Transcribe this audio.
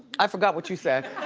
i forgot what you said.